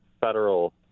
federal